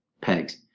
Pegs